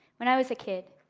when i was a kid,